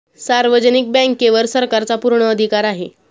सार्वजनिक बँकेवर सरकारचा पूर्ण अधिकार आहे